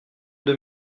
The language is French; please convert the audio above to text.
deux